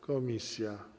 Komisja.